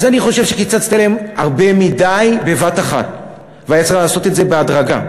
אז אני חושב שקיצצת להם הרבה מדי בבת-אחת והיה צריך לעשות את זה בהדרגה.